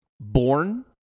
born